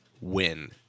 win